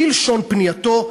בלשון פנייתו,